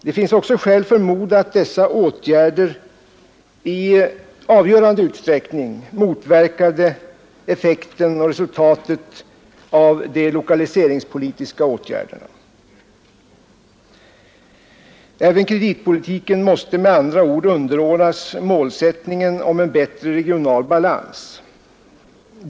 Det finns också skäl förmoda att dessa åtgärder i avgörande utsträckning motverkade effekten och resultatet av de lokaliseringspolitiska åtgärderna. Även kreditpolitiken måste med andra ord underordnas målsättningen en bättre regional balans.